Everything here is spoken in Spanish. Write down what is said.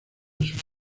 sus